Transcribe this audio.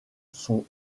sont